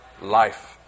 life